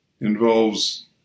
involves